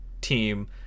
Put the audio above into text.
team